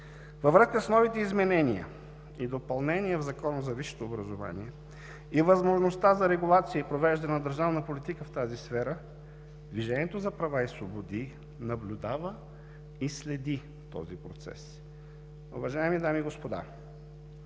Във връзка с новите изменения и допълнения в Закона за висшето образование и възможността за регулация и провеждане на държавна политика в тази сфера „Движението за права и свободи“ наблюдава и следи този процес. Уважаеми дами и господа,